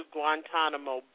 Guantanamo